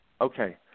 Okay